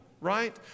right